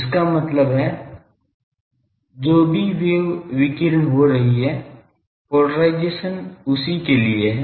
इसका मतलब है कि जो भी वेव विकीर्ण हो रही है पोलराइजेशन उसी के लिए है